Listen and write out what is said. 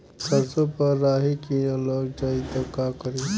सरसो पर राही किरा लाग जाई त का करी?